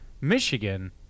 Michigan